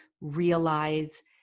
realize